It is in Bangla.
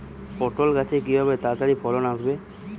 পটল গাছে কিভাবে তাড়াতাড়ি ফলন আসবে?